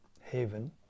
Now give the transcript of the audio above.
haven